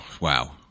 wow